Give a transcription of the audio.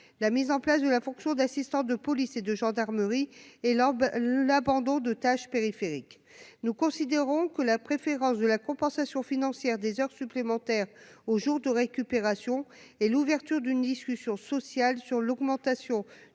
la mise en place de la fonction d'assistant de police et de gendarmerie et lors l'abandon de tâches périphériques, nous considérons que la préférence de la compensation financière des heures supplémentaires au jour de récupération et l'ouverture d'une discussion sociale sur l'augmentation